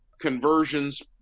conversions